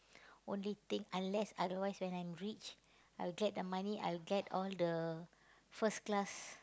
only thing unless otherwise when I'm rich I'll get the money I'll get all the first class